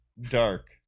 Dark